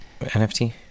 nft